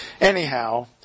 Anyhow